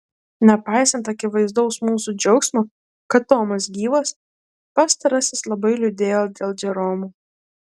nepaisant akivaizdaus mūsų džiaugsmo kad tomas gyvas pastarasis labai liūdėjo dėl džeromo